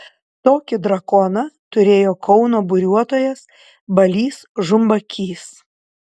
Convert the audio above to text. tokį drakoną turėjo kauno buriuotojas balys žumbakys